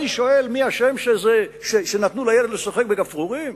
אני שואל מי אשם שנתנו לילד לשחק בגפרורים?